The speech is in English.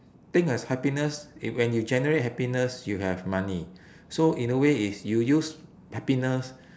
think of happiness eh when you generate happiness you have money so in a way is you use happiness